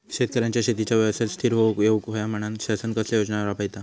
शेतकऱ्यांका शेतीच्या व्यवसायात स्थिर होवुक येऊक होया म्हणान शासन कसले योजना राबयता?